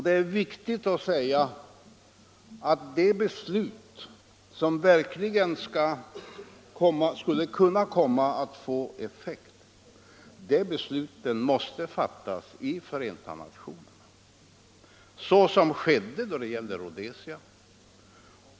Det är viktigt att säga att beslut som verkligen skulle kunna få effekt måste fattas av Förenta nationerna, såsom skedde då det gällde Rhodesia.